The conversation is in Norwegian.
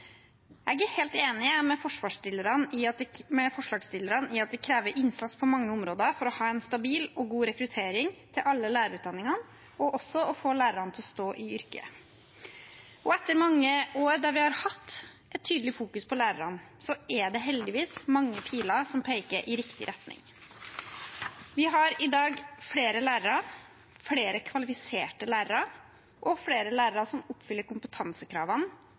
Jeg er helt enig med forslagsstillerne i at det kreves innsats på mange områder for at man skal få en stabil og god rekruttering til alle lærerutdanningene og også for å få lærerne til å stå i yrket. Og etter mange år der vi tydelig har satt lærerne i fokus, er det heldigvis mange piler som peker i riktig retning. Vi har i dag flere lærere, flere kvalifiserte lærere og flere lærere som oppfyller kompetansekravene,